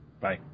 Bye